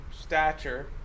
stature